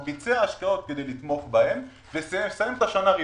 הוא ביצע השקעות כדי לתמוך בהן וסיים את השנה רווחי,